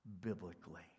biblically